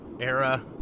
era